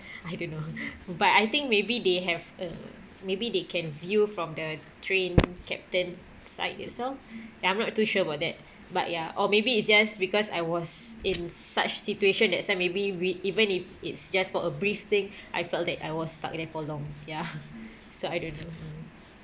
I don't know but I think maybe they have uh maybe they can view from the train captain site itself ya I'm not too sure about that but ya or maybe it's just because I was in such situation that so maybe we even if it's just for a brief thing I felt that I was stuck in there for long ya so I don't know